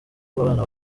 abana